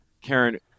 karen